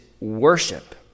worship